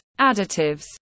additives